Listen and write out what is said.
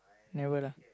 never lah